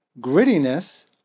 grittiness